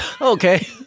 Okay